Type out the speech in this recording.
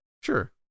Sure